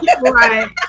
Right